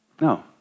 No